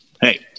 Hey